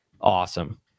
awesome